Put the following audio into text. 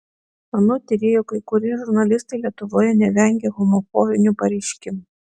anot tyrėjų kai kurie žurnalistai lietuvoje nevengia homofobinių pareiškimų